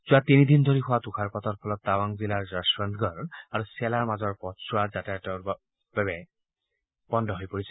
যোৱা তিনিদিন ধৰি হোৱা তুষাৰপাতৰ ফলত টাৱাং জিলাৰ যশৱন্তগড় আৰু চেলাৰ মাজৰ পথছোৱা যাতায়াতৰ বাবে বন্ধ হৈ পৰিছে